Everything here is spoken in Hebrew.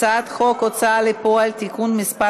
הצעת חוק הוצאה לפועל (תיקון מס'